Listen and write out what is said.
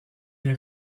les